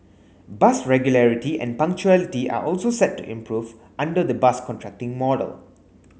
bus regularity and punctuality are also set to improve under the bus contracting model